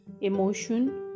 emotion